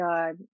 God